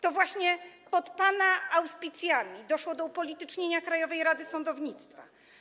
To właśnie pod pana auspicjami doszło do upolitycznienia Krajowej Rady Sądownictwa.